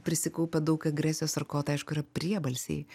prisikaupę daug agresijos ar ko tai aišku yra priebalsiai